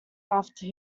after